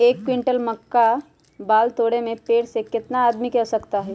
एक क्विंटल मक्का बाल तोरे में पेड़ से केतना आदमी के आवश्कता होई?